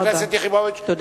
חברת הכנסת יחימוביץ, תודה.